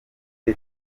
ngo